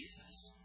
Jesus